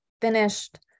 finished